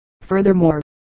Furthermore